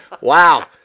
Wow